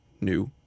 new